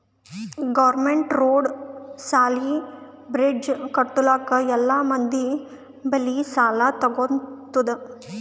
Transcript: government road, ಸಾಲಿ, bridge ಕಟ್ಟಲುಕ್ ಎಲ್ಲಾ ಮಂದಿ ಬಲ್ಲಿ ಸಾಲಾ ತಗೊತ್ತುದ್